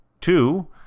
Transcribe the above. two